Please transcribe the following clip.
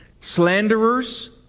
slanderers